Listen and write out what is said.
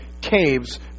caves